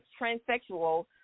transsexual